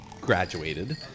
graduated